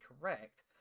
correct